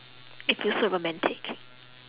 it feels so romantic